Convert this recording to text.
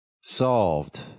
solved